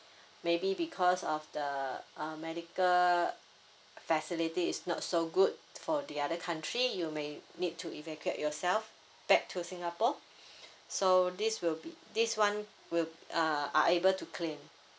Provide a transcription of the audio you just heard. maybe because of the uh medical facility is not so good for the other country you may need to evacuate yourself back to singapore so this will be this one will uh are able to claim